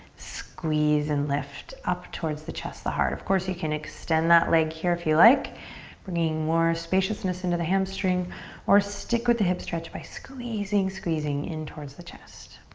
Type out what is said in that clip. squeeze and lift up towards the chest, the heart. of course you can extend that leg here if you like bringing more spaciousness into the hamstring or stick with hip stretch by squeezing, squeezing in towards the chest.